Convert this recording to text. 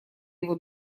его